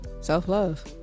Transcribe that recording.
self-love